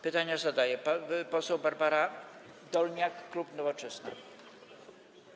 Pytanie zadaje pani poseł Barbara Dolniak, klub Nowoczesna.